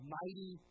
mighty